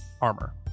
armor